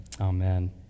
Amen